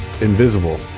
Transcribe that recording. invisible